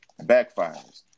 Backfires